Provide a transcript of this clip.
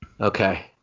Okay